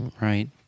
Right